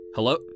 Hello